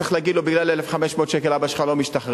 וצריך להגיד לו: בגלל 1,500 שקל אבא שלך לא משתחרר,